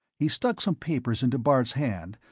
he stuck some papers into bart's hand,